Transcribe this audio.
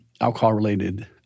alcohol-related